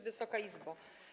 Wysoka Izbo!